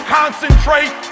concentrate